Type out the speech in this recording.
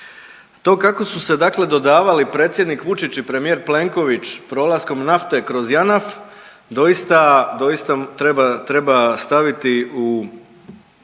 To kako su se dodavali predsjednik Vučić i premijer Plenković prolaskom nafte kroz Janaf doista treba staviti u